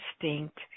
instinct